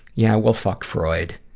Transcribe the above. yeah, well fuck freud,